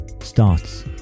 starts